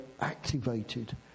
activated